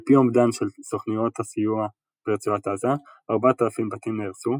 על פי אומדן של סוכנויות הסיוע ברצועת עזה 4,000 בתים נהרסו,